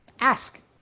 ask